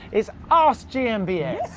it's ask gmbn.